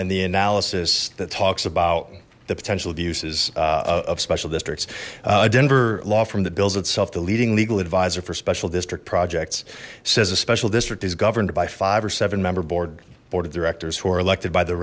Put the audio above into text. and the analysis that talks about the potential abuses of special districts a denver law firm the bills itself the leading legal adviser for special district projects says a special district is governed by five or seven member board board of directors who are elected